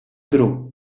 gru